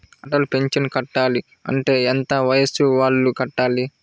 Atal pension కట్టాలి అంటే ఎంత వయసు వాళ్ళు కట్టాలి?